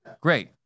great